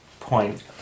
point